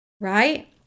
right